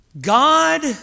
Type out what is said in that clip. God